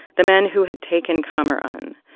the men who had taken kamaran.